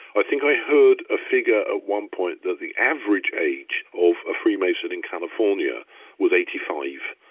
i think i heard a figure at one point that the average age of a freemason in california was eighty five.